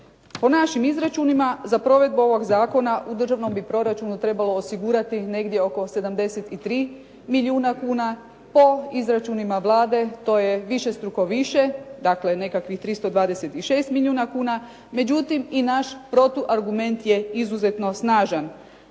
Po našim izračunima, za provedbu ovog zakona u državnom bi proračunu trebalo osigurati negdje oko 73 milijuna kuna. Po izračunima Vlade to je višestruko više, dakle nekakvih 326 milijuna kuna, međutim i naš protuargument je izuzetno snažan.